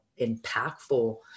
impactful